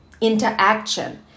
interaction